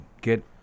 get